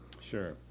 Sure